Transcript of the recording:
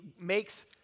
makes